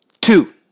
Two